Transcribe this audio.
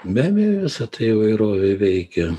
be abejo visa ta įvairovė veikia